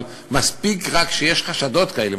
אבל מספיק רק שיש חשדות כאלה,